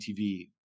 TV